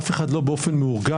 אף אחד לא באופן מאורגן,